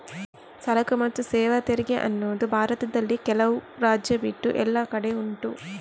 ಸರಕು ಮತ್ತು ಸೇವಾ ತೆರಿಗೆ ಅನ್ನುದು ಭಾರತದಲ್ಲಿ ಕೆಲವು ರಾಜ್ಯ ಬಿಟ್ಟು ಎಲ್ಲ ಕಡೆ ಉಂಟು